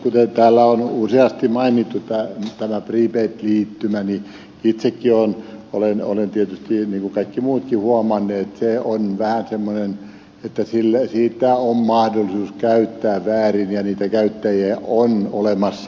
kuten täällä on useasti mainittu tämä prepaid liittymä niin itsekin olen tietysti niin kuin kaikki muutkin huomannut että se on vähän semmoinen että sitä on mahdollisuus käyttää väärin ja niitä käyttäjiä on olemassa